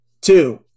two